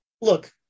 look